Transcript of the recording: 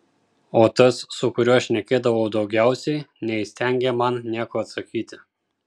o tas su kuriuo šnekėdavau daugiausiai neįstengė man nieko atsakyti